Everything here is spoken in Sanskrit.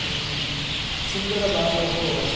सुन्दरबाहोः